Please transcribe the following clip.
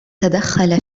تدخل